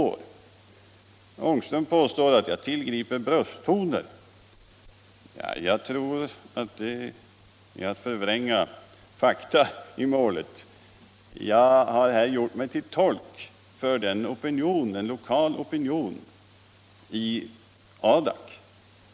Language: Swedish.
Herr Ångström påstår att jag tillgriper brösttoner. Jag tror att det är att förvränga fakta i målet. Jag har här gjort mig till tolk för en lokal opinion i Adak.